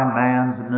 man's